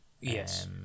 yes